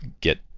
get